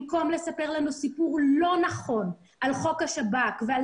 במקום לספר לנו סיפור לא נכון על חוק השב"כ ועל